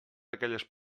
aquelles